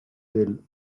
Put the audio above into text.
del